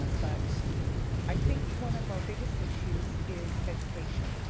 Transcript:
ah but i think one of our biggest issues is education.